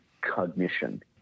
cognition